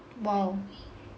!wow!